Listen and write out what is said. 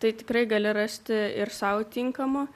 tai tikrai gali rasti ir sau tinkamą